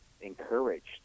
encouraged